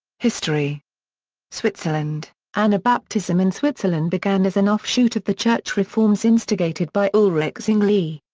history switzerland anabaptism in switzerland began as an offshoot of the church reforms instigated by ulrich zwingli.